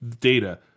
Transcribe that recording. Data